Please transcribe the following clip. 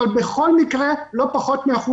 אבל בכל מקרה לא פחות מ-1%.